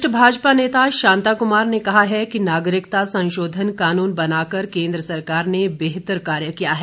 वरिष्ठ भाजपा नेता शांता कुमार ने कहा है कि नागरिकता संशोधन कानून बनाकर केन्द्र सरकार ने बेहतर कार्य किया है